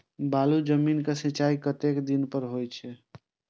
बालू जमीन क सीचाई कतेक दिन पर हो छे?